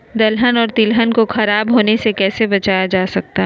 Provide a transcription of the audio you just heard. दलहन और तिलहन को खराब होने से कैसे बचाया जा सकता है?